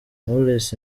knowless